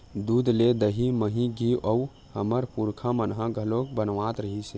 दूद ले दही, मही, घींव तो हमर पुरखा मन ह घलोक बनावत रिहिस हे